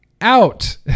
out